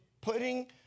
putting